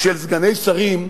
של סגני שרים,